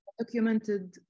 documented